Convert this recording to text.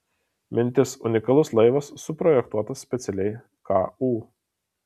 mintis unikalus laivas suprojektuotas specialiai ku